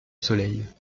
soleil